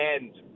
end